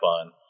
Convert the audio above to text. fun